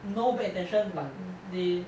no bad intentions but they